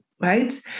Right